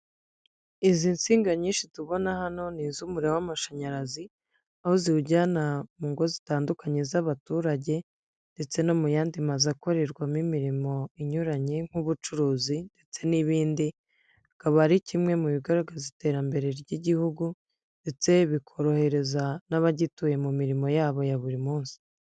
Izi nsinga nyinshi tubona hano ni iz'umuriro w'amashanyarazi aho ziwujyana mu ngo zitandukanye z'abaturage ndetse no mu yandi mazu akorerwamo imirimo inyuranye nk'ubucuruzi ndetse n'ibindi, akaba ari kimwe mu bigaragaza iterambere ry'Igihugu ndetse bikorohereza n'abagituye mu mirimo yabo ya buri munsi.